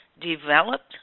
developed